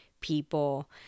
people